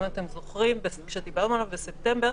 בספטמבר,